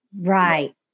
Right